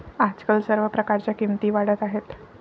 आजकाल सर्व प्रकारच्या किमती वाढत आहेत